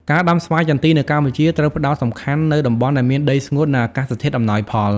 ការដាំស្វាយចន្ទីនៅកម្ពុជាត្រូវបានផ្តោតសំខាន់នៅតំបន់ដែលមានដីស្ងួត និងអាកាសធាតុអំណោយផល។